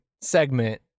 segment